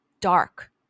dark